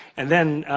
and then,